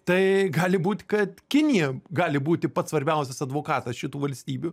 tai gali būt kad kinija gali būti pats svarbiausias advokatas šitų valstybių